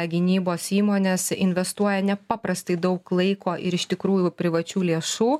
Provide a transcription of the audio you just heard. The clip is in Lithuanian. gynybos įmonės investuoja nepaprastai daug laiko ir iš tikrųjų privačių lėšų